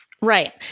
Right